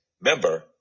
Member